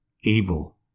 evil